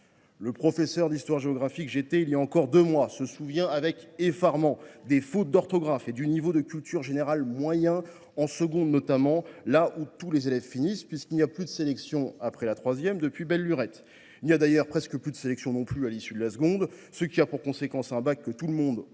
Le professeur d’histoire géographie que j’étais il y a encore deux mois se souvient avec effarement des fautes d’orthographe et du niveau de culture générale moyen en seconde, notamment, une classe où tous les élèves parviennent, puisqu’il n’y a plus de sélection après la troisième depuis belle lurette. Il n’y a d’ailleurs presque plus de sélection non plus à l’issue de la seconde, en conséquence, tout le monde,